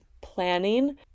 planning